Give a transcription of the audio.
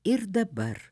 ir dabar